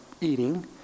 eating